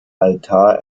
altar